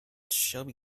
shelby